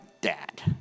dad